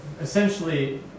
essentially